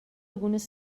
algunes